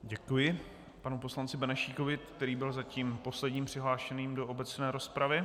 Děkuji panu poslanci Benešíkovi, který byl zatím posledním přihlášeným do obecné rozpravy.